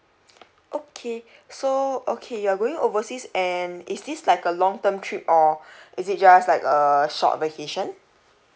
okay so okay you're going overseas and is this like a long term trip or is it just like a short vacation